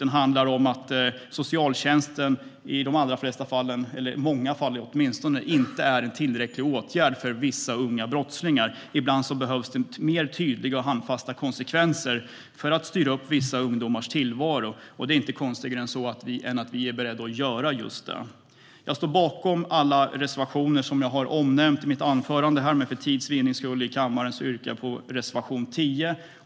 Den handlar om att socialtjänsten i många fall inte är en tillräcklig åtgärd för vissa unga brottslingar. Ibland behövs det mer tydliga och handfasta konsekvenser för att styra upp vissa ungdomars tillvaro. Det är inte konstigare än att vi är beredda att göra just detta. Jag står bakom alla reservationer som jag har omnämnt i mitt anförande, men för tids vinnande i kammaren yrkar jag bifall bara till reservation 10.